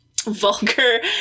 vulgar